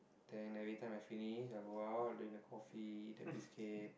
then everything I finish I go out drink the coffee the biscuit